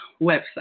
website